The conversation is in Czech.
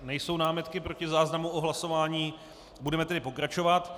Nejsou námitky proti záznamu o hlasování, budeme tedy pokračovat.